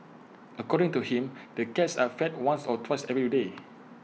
according to him the cats are fed once or twice every day